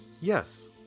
Yes